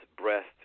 breast